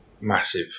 massive